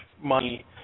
money